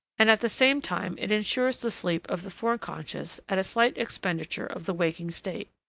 and at the same time it insures the sleep of the foreconscious at a slight expenditure of the waking state.